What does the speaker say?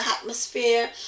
atmosphere